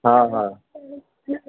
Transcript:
हा हा